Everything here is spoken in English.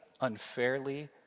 unfairly